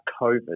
COVID